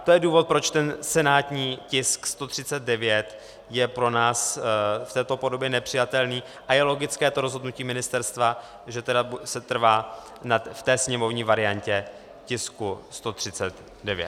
To je důvod, proč ten senátní tisk 139 je pro nás v této podobě nepřijatelný, a je logické to rozhodnutí ministerstva, že tedy setrvá v té sněmovní variantě tisku 139.